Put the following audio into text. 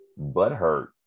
butthurt